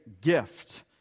gift